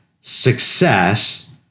success